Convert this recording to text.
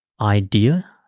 idea